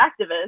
activists